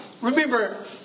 remember